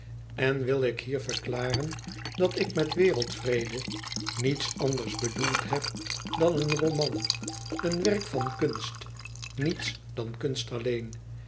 en wil ik hier verklaren dat ik met wereldvrede niets anders bedoeld heb dan een roman een werk van kunst niets dan kunst alleen